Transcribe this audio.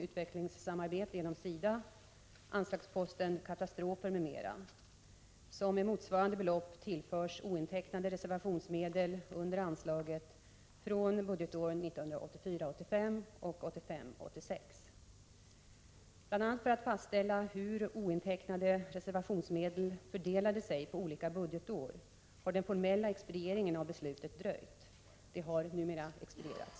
Utvecklingssamarbete genom SIDA, anslagsposten 23. Katastrofer m.m., som med motsvarande belopp tillförs ointecknade reservationsmedel under anslaget från budgetåren 1984 86. Bl.a. för att fastställa hur ointecknade reservationsmedel fördelade sig på olika budgetår har den formella expedieringen av beslutet dröjt. Det har numera expedierats.